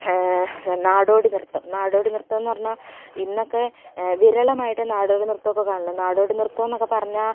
നാടോടിനൃത്തം നാടോടിനൃത്തമെന്നു പറഞ്ഞാൽ ഇന്നൊക്കെ വിരളമായിട്ടെ നാടോടിനൃത്തമൊക്കെ കാണുള്ളു നാടോടിനൃത്തമെന്നൊക്കെ പറഞ്ഞാൽ